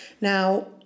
Now